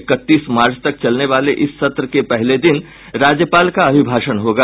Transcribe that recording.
इकतीस मार्च तक चलने वाले इस सत्र के पहले दिन राज्यपाल का अभिभाषण होगा